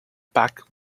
back